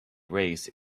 race